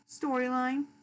storyline